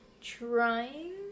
Trying